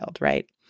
right